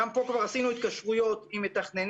גם פה כבר עשינו התקשרויות עם מתכננים.